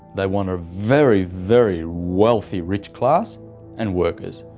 they want a very very wealthy rich class and workers.